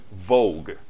vogue